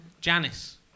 Janice